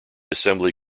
assembly